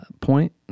point